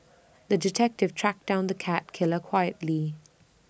the detective tracked down the cat killer quietly